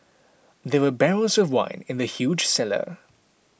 there were barrels of wine in the huge cellar